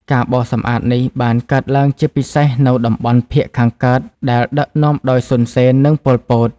ការបោសសម្អាតនេះបានកើតឡើងជាពិសេសនៅតំបន់ភាគខាងកើត ដែលដឹកនាំដោយ សុន សេន និង ប៉ុល ពត។